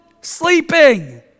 sleeping